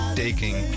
taking